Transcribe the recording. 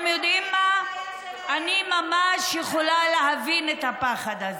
למה שלא את ילדי עוטף עזה לשמוע,